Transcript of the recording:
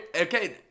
okay